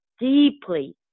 deeply